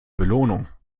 belohnung